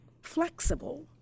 flexible